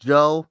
Joe